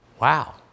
Wow